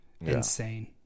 insane